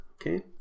Okay